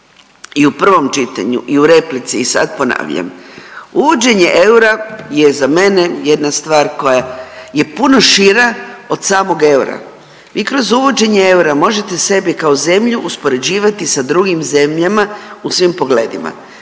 i u prvom čitanju i u replici i sad ponavljam, uvođenje eura je za mene jedna stvar koja je puno šira od samog eura. I kroz uvođenje eura možete sebi kao zemlju uspoređivati sa drugim zemljama u svim pogledima,